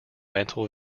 mental